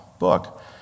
book